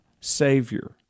savior